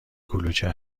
کلوچه